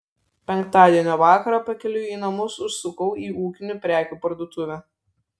penktadienio vakarą pakeliui į namus užsukau į ūkinių prekių parduotuvę